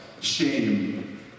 Shame